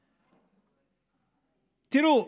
תראו,